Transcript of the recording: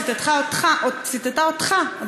ציטטה אותך,